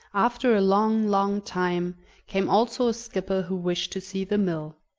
after a long, long time came also a skipper who wished to see the mill.